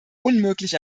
unmöglich